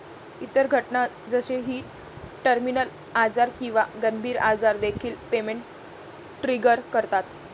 इतर घटना जसे की टर्मिनल आजार किंवा गंभीर आजार देखील पेमेंट ट्रिगर करतात